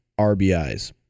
RBIs